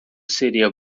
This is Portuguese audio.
seria